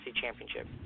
Championship